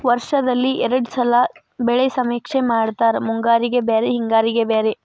ವರ್ಷದಲ್ಲಿ ಎರ್ಡ್ ಸಲಾ ಬೆಳೆ ಸಮೇಕ್ಷೆ ಮಾಡತಾರ ಮುಂಗಾರಿಗೆ ಬ್ಯಾರೆ ಹಿಂಗಾರಿಗೆ ಬ್ಯಾರೆ